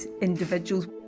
individuals